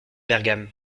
bergam